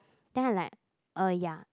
then I'm like oh ya